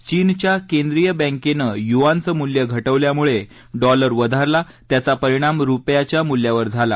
चीनच्या केंद्रीय बँकेनं युआनचं मूल्य घ विल्यामुळे डॉलर वधारला त्याचा परिणाम रुपयाच्या मूल्यावर झाला